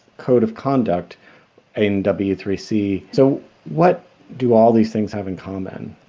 code of conduct in w three c. so what do all these things have in common?